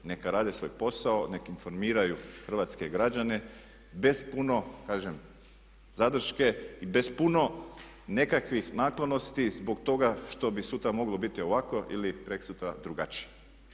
Neka rade svoj posao, nek' informiraju hrvatske građane bez puno kažem zadrške i bez puno nekakvih naklonosti zbog toga što bi sutra moglo biti ovako ili preksutra drugačije.